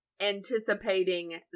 anticipating